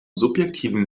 subjektiven